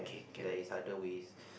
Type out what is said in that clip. there is other ways